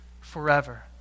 forever